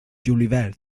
julivert